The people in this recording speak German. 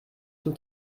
zum